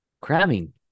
cramming